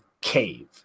cave